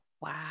Wow